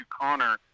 Connor